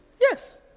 Yes